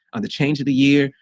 or the change of the year,